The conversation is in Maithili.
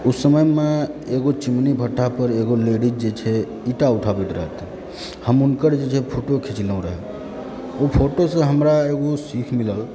ओ समयमे एगो चिमनी भट्ठा पर एगो लेडीज जे छै ईटा उठाबैत रहथिन हम हुनकर जे छै फोटो खिचलहुँ रहऽ ओ फोटोसँ हमरा एगो सीख मिलल